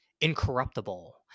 incorruptible